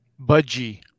Budgie